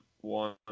one